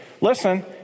Listen